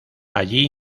allí